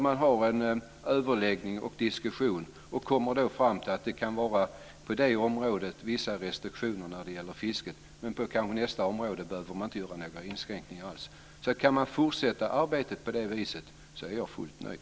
Man har en överläggning och diskussion och kommer fram till att det på ett område kan vara vissa restriktioner när det gäller fisket, men på nästa område behöver man kanske inte göra några inskränkningar alls. Kan man fortsätta arbetet på det viset är jag fullt nöjd.